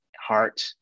heart